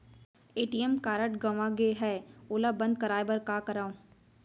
ATM card गंवा गे है ओला बंद कराये बर का करंव?